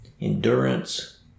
endurance